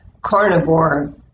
carnivore